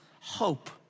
hope